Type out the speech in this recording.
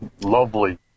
lovely